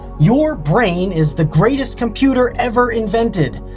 your brain is the greatest computer ever invented,